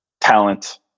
talent